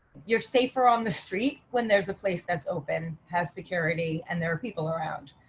you're safer on the street when there's a place that's open has security and there are people around.